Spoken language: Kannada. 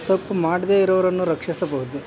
ತಪ್ಪು ಮಾಡದೆ ಇರೋವ್ರನ್ನು ರಕ್ಷಿಸಬಹುದು